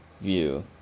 view